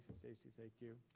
stacy, thank you.